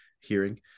hearing